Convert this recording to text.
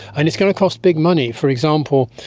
and it's going to cost big money. for example,